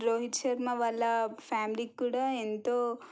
రోహిత్ శర్మ వాళ్ళ ఫ్యామిలీకి కూడా ఎంతో